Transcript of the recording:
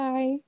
Bye